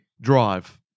Drive